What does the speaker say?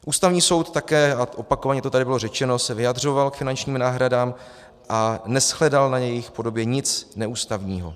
Ústavní soud se také, a opakovaně to tady bylo řečeno, vyjadřoval k finančním náhradám a neshledal na jejich podobě nic neústavního.